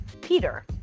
Peter